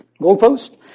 goalpost